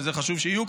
שזה חשוב שיהיו,